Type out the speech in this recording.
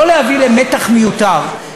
לא להביא למתח מיותר,